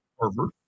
Harvard